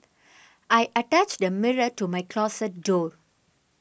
I attached a mirror to my closet door